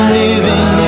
living